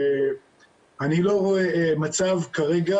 אני לא רואה מצב כרגע,